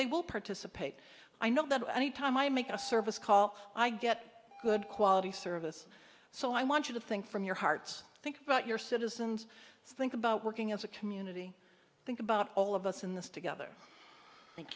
they will participate i know that any time i make a service call i get good quality service so i want you to think from your hearts think about your citizens think about working as a community think about all of us in this together thank